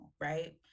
right